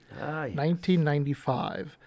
1995